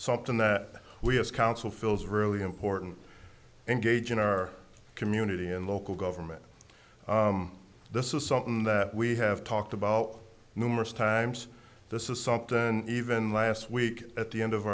something that we as council feels really important engage in our community and local government this is something that we have talked about numerous times this is something even last week at the end of